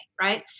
right